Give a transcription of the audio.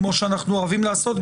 כמו שאנחנו אוהבים לעשות,